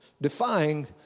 defying